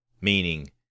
Meaning